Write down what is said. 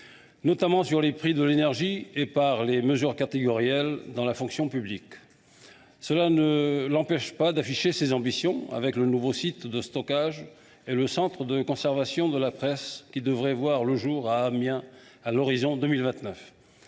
notamment de l’énergie, et par les mesures catégorielles dans la fonction publique. Cela ne l’empêche pas d’afficher ses ambitions, avec le nouveau site de stockage et le centre de conservation de la presse devant voir le jour à Amiens à l’horizon 2029.